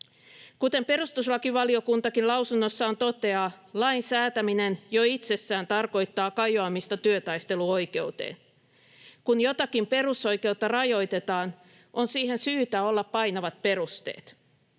Kuten perustuslakivaliokuntakin lausunnossaan toteaa, lain säätäminen jo itsessään tarkoittaa kajoamista työtaisteluoikeuteen. Kun jotakin perusoikeutta rajoitetaan, on siihen syytä olla painavat perusteet.